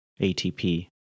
ATP